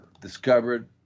discovered